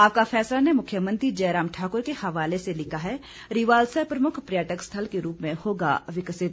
आपका फैसला ने मुख्यमंत्री जयराम ठाकुर के हवाले से लिखा है रिवालसर प्रमुख पर्यटक स्थल के रूप में होगा विकसित